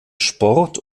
sport